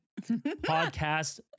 podcast